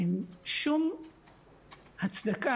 אין שום הצדק,